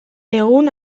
egun